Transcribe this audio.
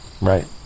Right